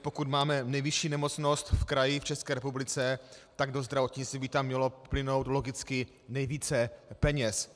Pokud máme nejvyšší nemocnost v kraji v České republice, do zdravotnictví by tam mělo plynout logicky nejvíce peněz.